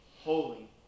holy